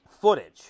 footage